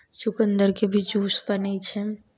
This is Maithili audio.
चुकन्दरके भी जूस बनै छनि